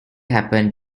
happened